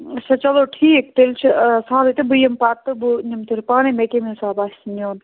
اچھا چلو ٹھیٖک تیٚلہِ چھِ سہلٕے تہٕ بہٕ یِمہٕ پَتہٕ تہٕ بہٕ نِمہٕ تیٚلہِ پانَے مےٚ کَمۍ حسابہٕ آسہِ نیُن